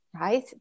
Right